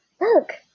Look